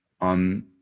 on